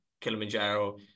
Kilimanjaro